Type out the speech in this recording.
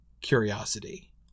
curiosity